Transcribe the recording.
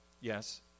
Yes